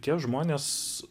tie žmonės